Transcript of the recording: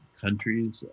countries